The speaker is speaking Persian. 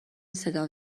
صدام